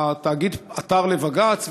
התאגיד עתר לבג"ץ,